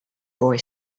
boy